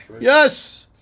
Yes